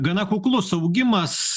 gana kuklus augimas